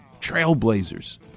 Trailblazers